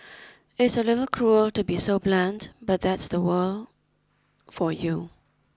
it's a little cruel to be so blunt but that's the world for you